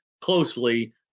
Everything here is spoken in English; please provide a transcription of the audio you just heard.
closely